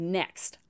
next